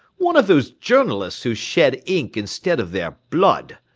one of those journalists who shed ink instead of their blood!